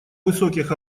высоких